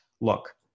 Look